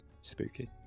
spooky